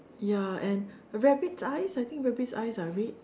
ya and rabbit's eyes I think rabbit's eyes are red